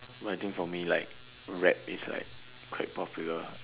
what I think for me like rap is like quite popular